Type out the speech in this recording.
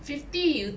fifty you